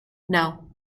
now